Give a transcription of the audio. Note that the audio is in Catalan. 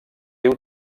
diu